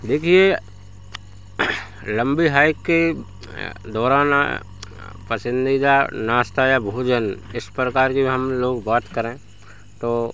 देखिए लंबी हाइक के दौरान हाँ पसंदीदा नाश्ता या भोजन इस प्रकार की हम लोग बात करें तो